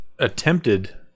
attempted